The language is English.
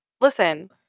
listen